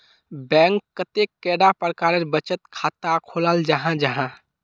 Bank कतेक कैडा प्रकारेर बचत खाता खोलाल जाहा जाहा?